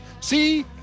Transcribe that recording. see